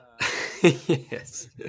yes